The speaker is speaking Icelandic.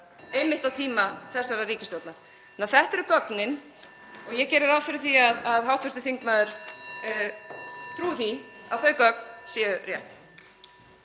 einmitt á tíma þessarar ríkisstjórnar. Þannig að þetta eru gögnin og ég geri ráð fyrir því að hv. þingmaður trúi því að þau gögn séu rétt.